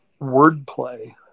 wordplay